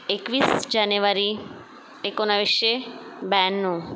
एकवीस जानेवारी एकोणावीसशे ब्याण्णव